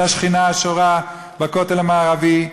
והשכינה השורה בכותל המערבי,